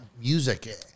music